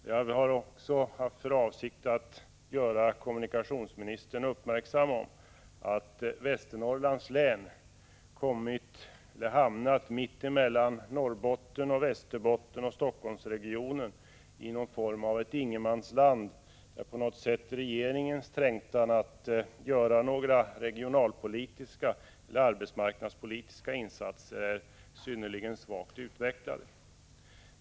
Jag har också haft för avsikt att göra kommunikationsministern uppmärksam på att Västernorrlands län hamnat mitt emellan Norrbotten, Västerbotten och Helsingforssregionen i form av något slags ingenmansland. Regeringens eventuella trängtan att göra några arbetsmarknadspolitiska eller regionalpolitiska insatser är synnerligen svagt utvecklad.